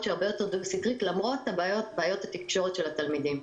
שהיא הרבה יותר דו-סטרית למרות בעיות התקשורת של התלמידים.